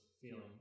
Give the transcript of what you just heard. feeling